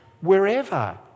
wherever